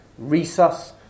resus